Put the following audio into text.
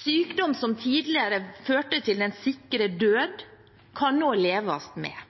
Sykdom som tidligere førte til den sikre død, kan man nå leve med.